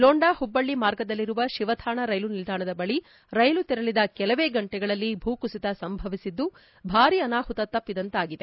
ಲೋಂಡಾ ಹುಬ್ಬಳ್ಳಿ ಮಾರ್ಗದಲ್ಲಿರುವ ಶಿವಥಾಣ ರೈಲು ನಿಲ್ಲಾಣದ ಬಳಿ ರೈಲು ತೆರಳಿದ ಕೆಲವೇ ಗಂಟೆಗಳಲ್ಲಿ ಭೂಕುಸಿತ ಸಂಭವಿಸಿದ್ದು ಭಾರೀ ಅನಾಹುತ ತಪ್ಪಿದಂತಾಗಿದೆ